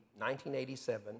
1987